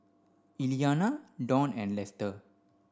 Elianna Dawn and Lester